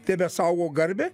tebesaugo garbę